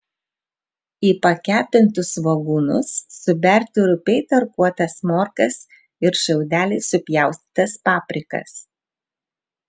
į pakepintus svogūnus suberti rupiai tarkuotas morkas ir šiaudeliais supjaustytas paprikas